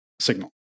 signal